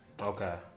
Okay